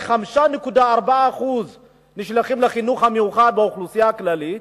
רק 5.4% נשלחים לחינוך המיוחד באוכלוסייה הכללית.